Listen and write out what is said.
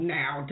now